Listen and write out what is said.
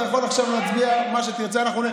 אתה יכול עכשיו להצביע מה שתרצה.